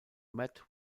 met